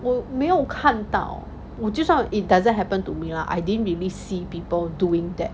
我没有看到我就算 it doesn't happen to me lah I didn't really see people doing that